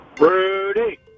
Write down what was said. Rudy